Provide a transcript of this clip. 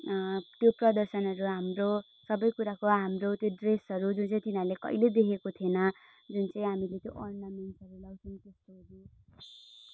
त्यो प्रदर्शनहरू हाम्रो सबै कुराको हाम्रो त्यो ड्रेसहरू जुन चाहिँ तिनीहरूले कहिल्यै देखेको थिएन जुन चाहिँ हामीले त्यो ओर्नामेन्टहरू लगाउँछौँ त्यस्तोहरू